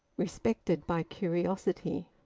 respected by curiosity.